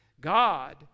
God